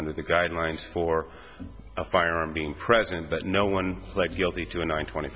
under the guidelines for a firearm being present but no one like guilty to a nine twenty